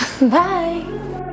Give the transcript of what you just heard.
Bye